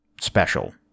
special